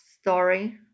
story